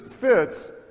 fits